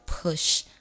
push